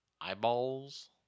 eyeballs